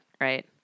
Right